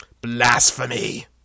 Blasphemy